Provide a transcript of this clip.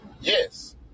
Yes